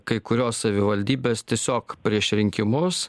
kai kurios savivaldybės tiesiog prieš rinkimus